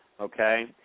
Okay